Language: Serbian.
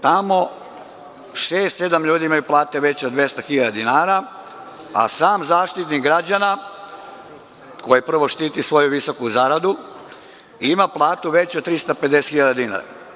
Tamo šest, sedam ljudi imaju platu veću od 200.000 dinara, a sam Zaštitnik građana, koji prvo štiti svoju visoku zaradu, ima platu veću od 350.000 dinara.